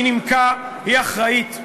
היא נימקה, היא אחראית,